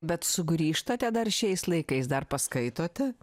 bet sugrįžtate dar šiais laikais dar paskaitote